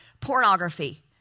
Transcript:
pornography